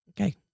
Okay